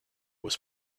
was